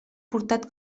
portat